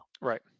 Right